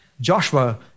Joshua